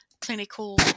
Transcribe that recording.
clinical